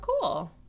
cool